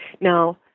Now